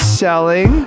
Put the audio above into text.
selling